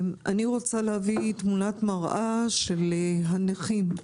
אני רוצה להביא תמונת מראה של הנכים.